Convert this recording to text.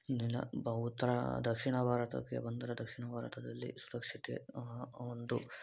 ಇನ್ನೆಲ್ಲ ಬ ಉತ್ತರ ದಕ್ಷಿಣ ಭಾರತಕ್ಕೆ ಬಂದರೆ ದಕ್ಷಿಣ ಭಾರತದಲ್ಲಿ ಸುರಕ್ಷತೆ ಒಂದು